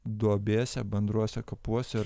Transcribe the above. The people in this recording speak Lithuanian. duobėse bendruose kapuose ir